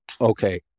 okay